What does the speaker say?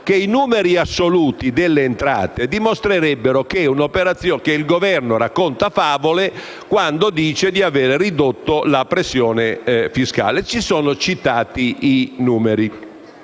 che i numeri assoluti delle entrate dimostrerebbero che il Governo racconta favole quando dice di avere ridotto la pressione fiscale, e sono stati citati i numeri.